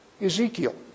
Ezekiel